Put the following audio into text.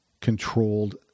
controlled